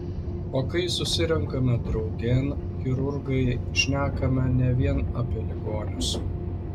o kai susirenkame draugėn chirurgai šnekame ne vien apie ligonius